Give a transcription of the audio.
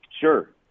Sure